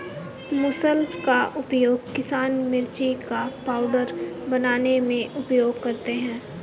मुसल का उपयोग किसान मिर्ची का पाउडर बनाने में उपयोग करते थे